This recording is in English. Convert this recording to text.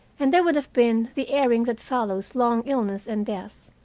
and there would have been the airing that follows long illness and death,